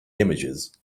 images